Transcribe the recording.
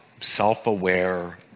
self-aware